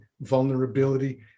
vulnerability